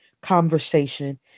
conversation